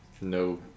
No